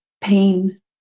pain